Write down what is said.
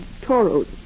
Toros